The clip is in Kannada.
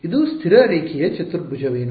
ಇದು ಸ್ಥಿರ ರೇಖೀಯ ಚತುರ್ಭುಜವೇನು